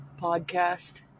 podcast